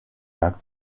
lag